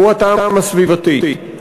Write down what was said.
הוא הטעם הסביבתי.